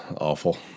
awful